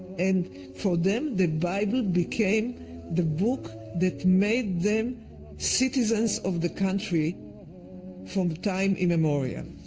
and for them, the bible became the book that made them citizens of the country from the time in memoriae.